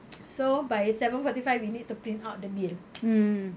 so by seven forty five we need to print out the bill